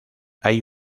hay